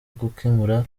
gukemura